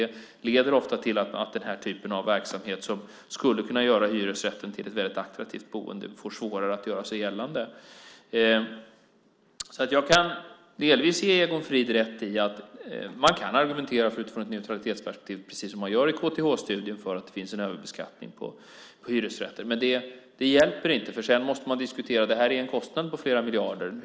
Det leder ofta till att den här typen av verksamhet, som skulle kunna göra hyresrätten till ett attraktivt boende, får svårare att göra sig gällande. Jag kan delvis ge Egon Frid rätt i att man kan argumentera utifrån ett neutralitetsperspektiv, precis som man gör i KTH-studien, för att det finns en överbeskattning på hyresrätter. Men det hjälper inte, för sedan måste man diskutera den kostnad på flera miljarder som detta är.